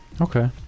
Okay